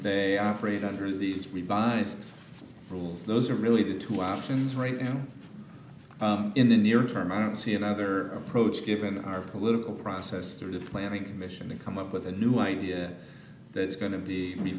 they operate under these revised rules those are really two options right and in the near term i don't see another approach given our political process through the planning commission to come up with a new idea that is going to be